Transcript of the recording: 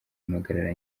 impagarara